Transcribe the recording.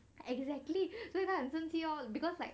ya exactly 所以他很生气 lor because like